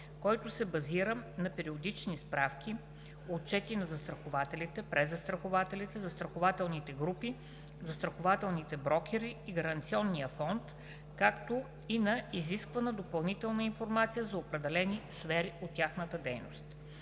който се базира на периодични справки, отчети на застрахователите, презастрахователите, застрахователните групи, застрахователните брокери и Гаранционния фонд, както и на изисквана допълнителна информация за определени сфери от тяхната дейност.